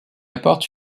apporte